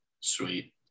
Sweet